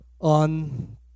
on